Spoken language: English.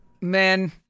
Man